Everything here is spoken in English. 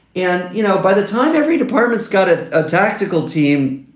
and, you know, by the time every department's got it, a tactical team,